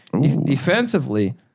Defensively